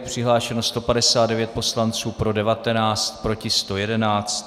Přihlášeno 159 poslanců, pro 19, proti 111.